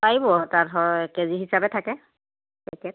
পাৰিব তাত হয় কেজি হিচাপে থাকে পেকেট